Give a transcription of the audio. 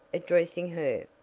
addressing her,